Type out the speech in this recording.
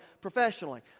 professionally